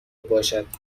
باشد